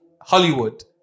Hollywood